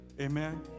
Amen